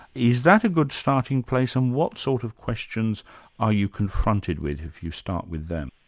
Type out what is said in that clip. is that a good starting place, and what sort of questions are you confronted with if you start with them?